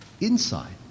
inside